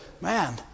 man